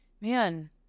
man